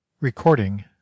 Recording